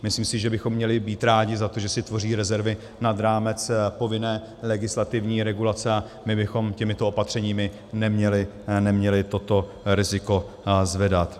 Myslím si, že bychom měli být rádi za to, že si tvoří rezervy nad rámec povinné legislativní regulace, a my bychom těmito opatřeními neměli toto riziko zvedat.